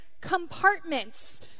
compartments